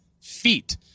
feet